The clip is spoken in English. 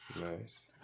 Nice